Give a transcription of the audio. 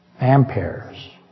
Amperes